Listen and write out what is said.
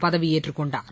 பதவியேற்றுக்கொண்டார்